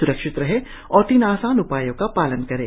सुरक्षित रहें और तीन आसान उपायों का पालन करें